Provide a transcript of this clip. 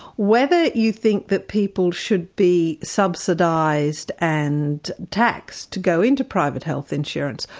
whether you think that people should be subsidised and taxed to go into private health insurance,